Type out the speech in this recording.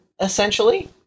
essentially